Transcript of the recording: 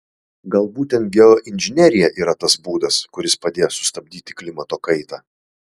gal būtent geoinžinerija yra tas būdas kuris padės sustabdyti klimato kaitą